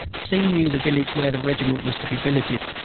c. knew the village where the regiment was to be billeted.